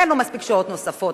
אין לו מספיק שעות נוספות,